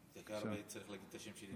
העיקר שצריך להגיד את השם שלי נכון.